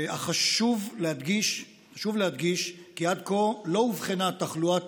אך חשוב להדגיש כי עד כה לא אובחנה תחלואת